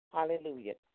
Hallelujah